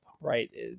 right